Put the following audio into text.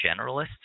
generalists